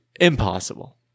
Impossible